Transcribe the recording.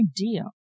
idea